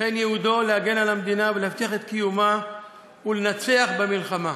לכן ייעודו להגן על המדינה ולהבטיח את קיומה ולנצח במלחמה.